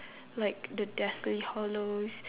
like the deathly hallows